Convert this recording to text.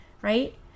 right